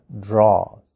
draws